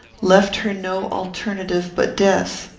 left her no alternative but death